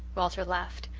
walter laughed.